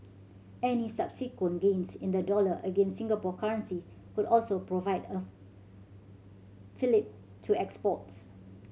any subsequent gains in the dollar against the Singapore currency could also provide a fillip to exports